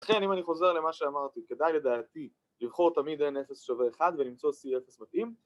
ולכן אם אני חוזר למה שאמרתי, כדאי לדעתי לבחור תמיד n-0 שווה 1 ולמצוא c0 מתאים